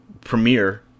premiere